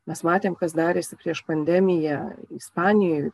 mes matėm kas darėsi prieš pandemiją ispanijoj